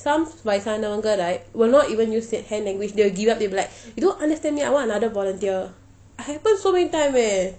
some வயசானவங்க:vayasanavanka right will not even use hand language they will give up they will be like you don't understand me I want another volunteer happened so many time eh